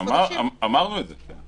אמרנו את זה.